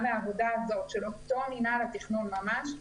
גם מהעבודה הזאת של אותו מינהל תכנון ממש,